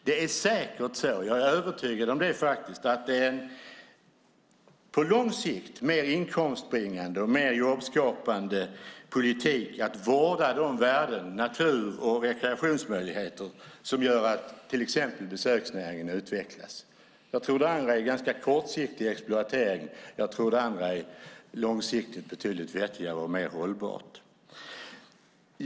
Det är säkert så - jag är övertygad om det - att det på lång sikt är mer inkomstbringande och jobbskapande politik att vårda de värden, natur och rekreationsmöjligheter, som gör att till exempel besöksnäringen utvecklas. Det ena är ganska kortsiktig exploatering. Det andra är långsiktigt betydligt vettigare och mer hållbart.